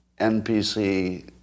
NPC